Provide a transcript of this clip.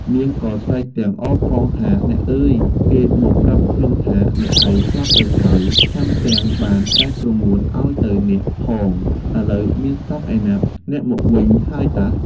នាងក៏ស្រែកទាំងអរផងថា "អ្នកអើយ! គេមកប្រាប់ខ្ញុំថា អ្នកឯងស្លាប់ទៅហើយ ថែមទាំងបានចែកក្រមួនឲ្យទៅអ្នកផង ឥឡូវមានស្លាប់ឯណា! អ្នកមកវិញហើយតើ!" ។